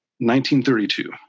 1932